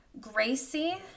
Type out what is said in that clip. Gracie